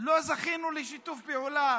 לא זכו לשיתוף פעולה